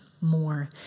more